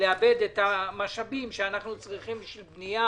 לאבד את המשאבים שאנחנו צריכים בשביל בנייה